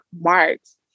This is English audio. marks